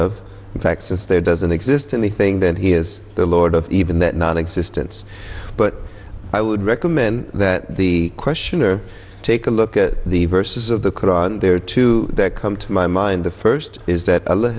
of in fact since there doesn't exist anything then he is the lord of even that non existence but i would recommend that the questioner take a look at the verses of the koran there are two that come to my mind the first is that a let